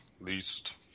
Least